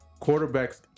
quarterbacks